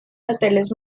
hoteles